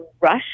rush